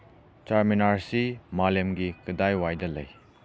ꯆꯥꯔꯃꯤꯅꯥꯔ ꯑꯁꯤ ꯃꯥꯂꯦꯝꯒꯤ ꯀꯗꯥꯏꯋꯥꯏꯗ ꯂꯩ